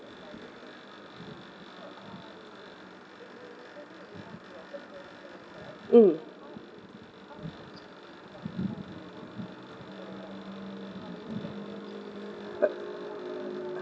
mm